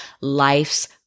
life's